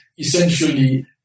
essentially